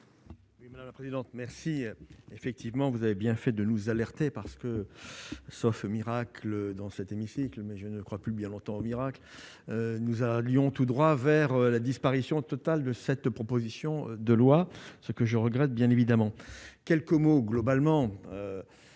Madame la présidente merci, effectivement, vous avez bien fait de nous alerter, parce que sauf miracle dans cet hémicycle, mais je ne crois plus bien longtemps au miracle, nous allions tout droit vers la disparition totale de cette proposition de loi, ce que je regrette bien évidemment quelques mots globalement